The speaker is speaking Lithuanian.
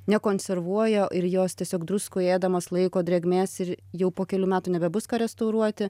nekonservuoja ir jos tiesiog druskų ėdamas laiko drėgmės ir jau po kelių metų nebebus ką restauruoti